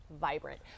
vibrant